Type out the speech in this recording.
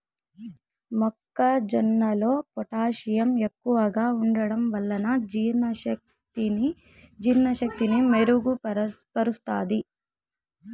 మొక్క జొన్నలో పొటాషియం ఎక్కువగా ఉంటడం వలన జీర్ణ శక్తిని మెరుగు పరుస్తాది